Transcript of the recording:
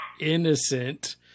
innocent